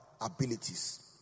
abilities